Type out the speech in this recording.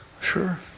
Sure